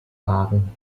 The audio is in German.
sagen